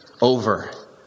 over